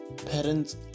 Parents